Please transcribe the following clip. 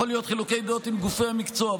יכולים להיות חילוקי דעות עם גופי המקצוע,